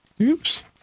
Oops